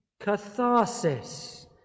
catharsis